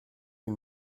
les